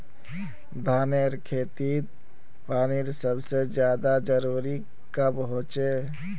धानेर खेतीत पानीर सबसे ज्यादा जरुरी कब होचे?